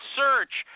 search